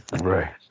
right